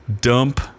dump